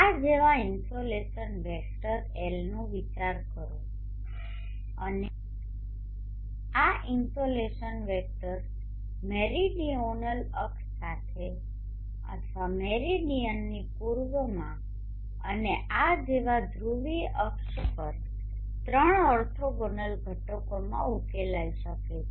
આ જેવા insolation vector Lનો વિચાર કરો અને આ ઇનસોલેશન વેક્ટર મેરીડિઓનલ અક્ષ સાથે અથવા મેરિડીયનની પૂર્વમાં અને આ જેવા ધ્રુવીય અક્ષ પર ત્રણ ઓર્થોગોનલ ઘટકોમાં ઉકેલાઈ શકે છે